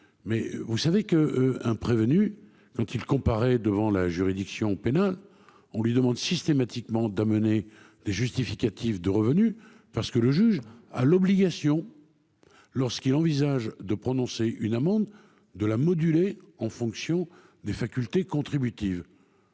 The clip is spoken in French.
Mais vous savez que un prévenu quand il comparaît devant la juridiction pénale. On lui demande systématiquement d'amener des justificatifs de revenus parce que le juge a l'obligation. Lorsqu'il envisage de prononcer une amende de la moduler en fonction des facultés contributives.